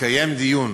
התקיים דיון